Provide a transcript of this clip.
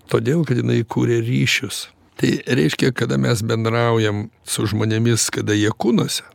todėl kad jinai kuria ryšius tai reiškia kada mes bendraujam su žmonėmis kada jie kūnuose